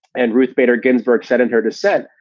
and ruth bader ginsburg said in her dissent,